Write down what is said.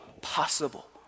possible